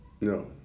No